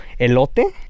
Elote